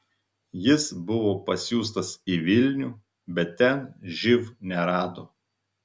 jis buvo pasiųstas į vilnių bet ten živ nerado